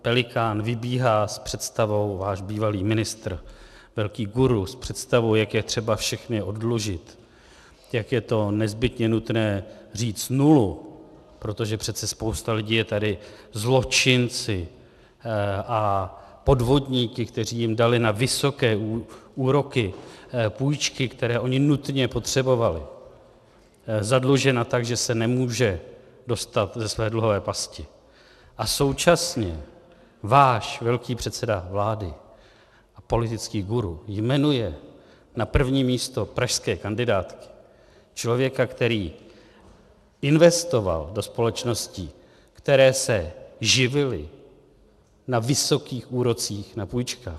Pelikán vybíhá s představou, váš bývalý ministr, velký guru, s představou, jak je třeba všechny oddlužit, jak je to nezbytně nutné říct nulu, protože přece spousta lidí je tady zločinci a podvodníky, kteří jim dali na vysoké úroky půjčky, které oni nutně potřebovali, zadlužena tak, že se nemůže dostat ze své dluhové pasti, a současně váš velký předseda vlády, politický guru, jmenuje na první místo pražské kandidátky člověka, který investoval do společností, které se živily na vysokých úrocích na půjčkách.